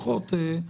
שהאוצר,